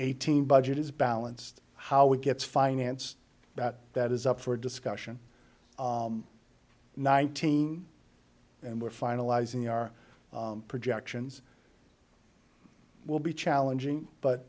eighteen budget is balanced how we gets finance that that is up for discussion nineteen and we're finalizing our projections will be challenging but